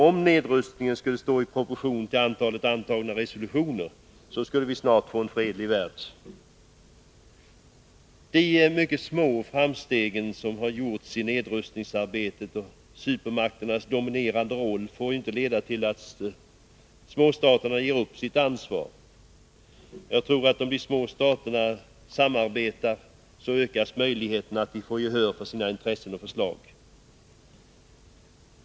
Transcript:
Om nedrustningen skulle stå i proportion till antalet antagna resolutioner, skulle vi snart få en fredlig värld. De mycket små framstegen i nedrustningsarbetet och supermakternas dominerande roll får dock inte leda till att småstaterna ger upp sitt ansvar. Om de små staterna samarbetar, ökar möjligheterna att de får gehör för sina intressen och förslag.